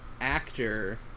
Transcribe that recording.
actor